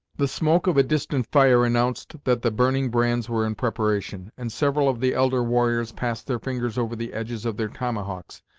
the smoke of a distant fire announced that the burning brands were in preparation, and several of the elder warriors passed their fingers over the edges of their tomahawks,